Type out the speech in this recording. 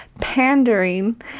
pandering